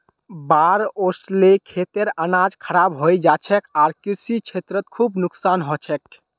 बाढ़ वस ल खेतेर अनाज खराब हई जा छेक आर कृषि क्षेत्रत खूब नुकसान ह छेक